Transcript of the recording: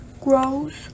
grows